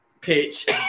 pitch